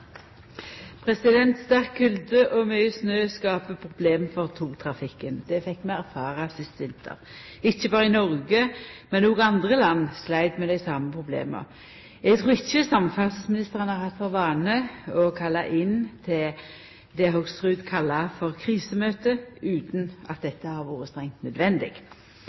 Sterk kulde og mykje snø skaper problem for togtrafikken. Det fekk vi erfara sist vinter. Ikkje berre Noreg, men òg andre land sleit med dei same problema. Eg trur ikkje at samferdselsministrane har hatt for vane å kalla inn til det Hoksrud kallar for «krisemøter» utan at dette har vore strengt nødvendig.